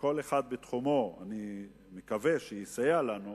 שכל אחד בתחומו, אני מקווה, יסייע לנו,